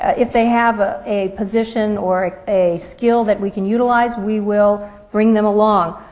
if they have ah a position or a skill that we can utilize, we will bring them along.